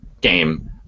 game